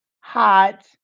hot